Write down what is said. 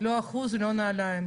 לא אחוז ולא נעליים.